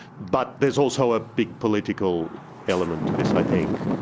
but there's also a big political element to this i think,